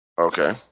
Okay